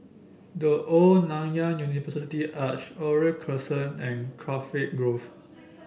The Old Nanyang University Arch Oriole Crescent and Cardiff Grove